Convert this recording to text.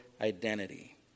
identity